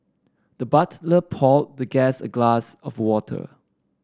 the butler poured the guest a glass of water